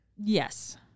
Yes